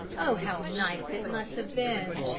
oh, how nice it must have been!